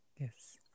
Yes